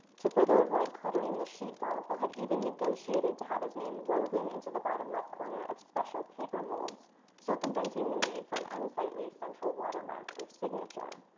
to further avoid cluttering the sheet dalrymple had even negotiated to have his name woven into the bottom left corner of special paper molds circumventing the need for an unsightly central water mark or signature.